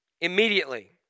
Immediately